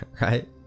right